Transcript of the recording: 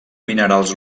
minerals